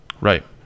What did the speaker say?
Right